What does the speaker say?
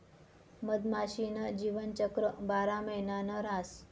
मधमाशी न जीवनचक्र बारा महिना न रहास